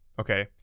Okay